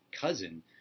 cousin